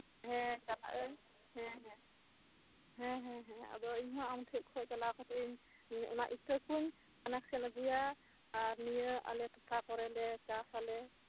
ᱦᱮᱸ ᱪᱟᱞᱟᱜ ᱟᱹᱧ ᱦᱮᱸ ᱦᱮᱸ ᱦᱮᱸ ᱦᱮᱸ ᱟᱫᱚ ᱤᱧ ᱦᱚᱸ ᱟᱢᱴᱷᱮᱡ ᱠᱷᱚᱱ ᱪᱟᱞᱟᱣ ᱠᱟᱛᱮᱜ ᱤᱧ ᱚᱱᱟ ᱤᱛᱟᱹ ᱠᱚᱧ ᱠᱟᱞᱮᱠᱥᱮᱱ ᱟᱜᱩᱭᱟ ᱟᱨ ᱱᱤᱭᱟᱹ ᱟᱞᱮ ᱴᱚᱴᱷᱟ ᱠᱚᱨᱮᱞᱮ ᱪᱟᱥ ᱟᱞᱮ